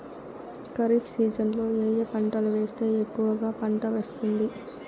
ఖరీఫ్ సీజన్లలో ఏ ఏ పంటలు వేస్తే ఎక్కువగా పంట వస్తుంది?